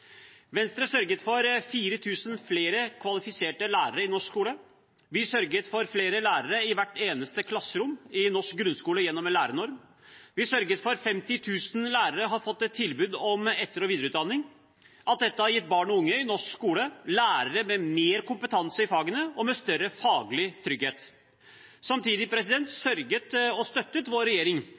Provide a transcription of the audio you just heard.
Venstre sørget for 4 000 flere kvalifiserte lærere i norsk skole. Vi sørget for flere lærere i hvert eneste klasserom i norsk grunnskole gjennom en lærernorm. Vi sørget for at 50 000 lærere har fått et tilbud om etter- og videreutdanning. Alt dette har gitt barn og unge i norsk skole lærere med mer kompetanse i fagene og med større faglig trygghet. Samtidig støttet vår regjering